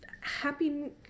happy